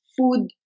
food